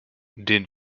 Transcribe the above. den